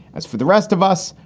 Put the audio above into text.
as for the rest of us,